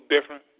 different